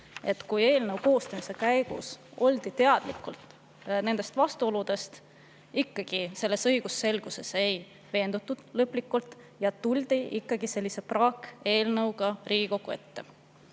et kui eelnõu koostamise käigus oldi teadlikud nendest vastuoludest, ei veendutud selles õigusselguses lõplikult ja tuldi ikkagi sellise praakeelnõuga Riigikogu ette.